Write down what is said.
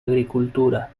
agricultura